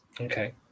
Okay